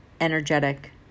energetic